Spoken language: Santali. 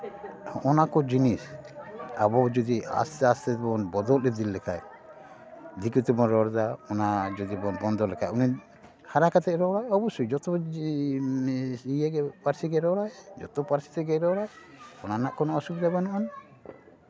ᱱᱚᱣᱟ ᱠᱚ ᱡᱤᱱᱤᱥ ᱟᱵᱚ ᱡᱩᱫᱤ ᱟᱥᱛᱮ ᱟᱥᱛᱮ ᱛᱮᱵᱚᱱ ᱵᱚᱫᱚᱞ ᱤᱫᱤ ᱞᱮᱠᱷᱟᱡ ᱫᱤᱠᱩ ᱛᱮᱵᱚᱱ ᱨᱚᱲᱫᱟ ᱚᱱᱟ ᱡᱩᱫᱤ ᱵᱚᱱ ᱵᱚᱱᱫᱚ ᱞᱮᱠᱷᱟᱡ ᱩᱱᱤ ᱦᱟᱨᱟ ᱠᱟᱛᱮᱜ ᱮ ᱨᱚᱲᱟ ᱚᱵᱚᱥᱥᱳᱭ ᱱᱤᱭᱟᱹ ᱯᱟᱹᱨᱥᱤ ᱜᱮ ᱨᱚᱲ ᱟᱭ ᱡᱚᱛᱚ ᱯᱟᱹᱨᱥᱤ ᱛᱮᱜᱮ ᱨᱚᱲᱟᱭ ᱚᱱᱟ ᱨᱮᱱᱟᱜ ᱠᱳᱱᱳ ᱚᱥᱩᱵᱤᱫᱷᱟ ᱵᱟᱹᱱᱩᱜᱼᱟᱱ